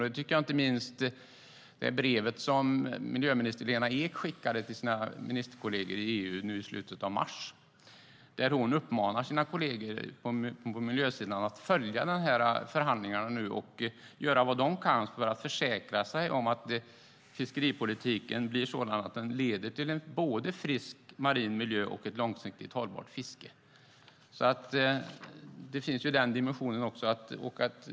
Det tycker jag inte minst det brev som miljöminister Lena Ek skickade till sina ministerkolleger inom EU i slutet av mars visar där hon uppmanar sina kolleger på miljösidan att följa förhandlingarna och göra vad de kan för att försäkra sig om att fiskeripolitiken blir sådan att den leder till både en frisk marin miljö och ett långsiktigt hållbart fiske. Den dimensionen finns också.